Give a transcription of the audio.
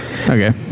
Okay